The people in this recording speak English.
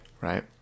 right